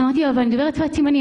אמרתי לו: אבל אני דוברת שפת סימנים.